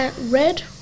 red